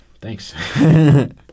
Thanks